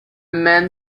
man